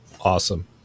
Awesome